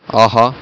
ஆஹா